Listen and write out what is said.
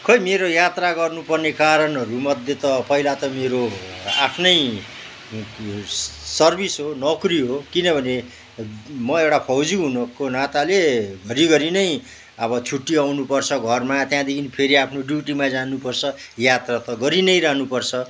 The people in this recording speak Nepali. खोइ मेरा यात्रा गर्नुपर्ने कारणहरूमध्ये त पहिला त मेरो आफ्नै स सर्भिस हो नोकरी हो किन भने म एउटा फौजी हुनुको नाताले घरिघरि नै अब छुट्टी आउनु पर्छ घरमा त्यहाँदेखि फेरि आफ्नो ड्युटीमा जानुपर्छ यात्रा त गरी नै रहनु पर्छ